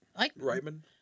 Reitman